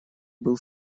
был